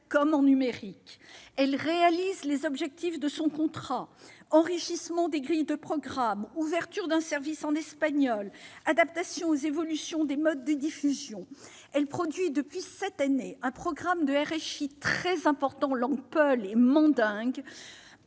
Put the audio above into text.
comme en numérique. Elle réalise les objectifs de son contrat : enrichissement des grilles de programme, ouverture d'un service en espagnol, adaptation aux évolutions des modes de diffusion ; elle produit, depuis cette année, un très important programme diffusé